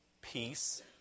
peace